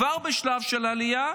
שהם כבר בשלב של עלייה,